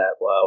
Wow